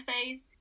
essays